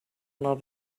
love